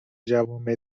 جوامع